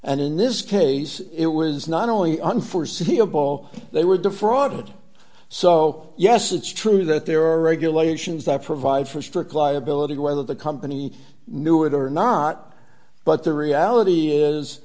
and in this case it was not only unforeseeable they were defrauded so yes it's true that there are regulations that provide for strict liability whether the company knew it or not but the reality is